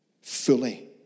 fully